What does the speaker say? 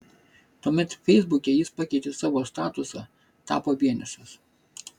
tuomet feisbuke jis pakeitė savo statusą tapo vienišas